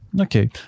okay